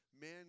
man